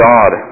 God